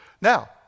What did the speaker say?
Now